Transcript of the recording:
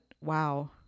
wow